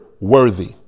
worthy